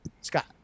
Scott